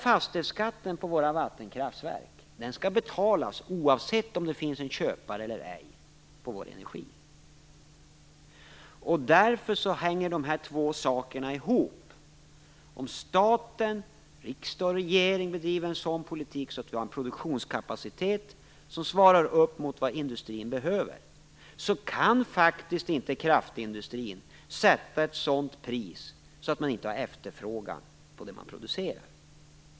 Fastighetsskatten på våra vattenkraftverk skall betalas oavsett om det finns en köpare eller ej till energin. Därför hänger dessa två saker ihop. Om staten - riksdag och regering - bedriver en sådan politik att produktionskapaciteten svarar mot vad industrin behöver kan faktiskt inte kraftindustrin sätta ett sådant pris att den inte får efterfrågan på det den producerar.